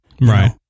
Right